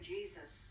Jesus